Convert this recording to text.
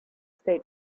state